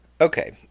Okay